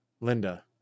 Linda